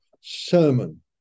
sermon